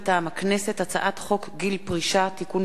מטעם הכנסת: הצעת חוק גיל פרישה (תיקון